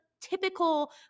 typical